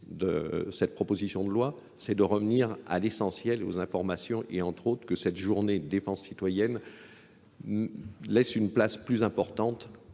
de cette proposition de loi, c'est de revenir à l'essentiel et aux informations, et entre autres que cette journée de défense citoyenne laisse une place plus importante